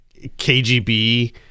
kgb